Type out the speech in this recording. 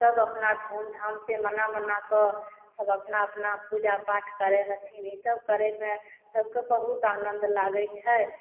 सब अपना धूमधाम से मना मनाकऽ सब अपना अपना पूजा पाठ करै हथिन इसब करैमे सबके बहुत आनन्द लागै छै